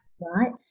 right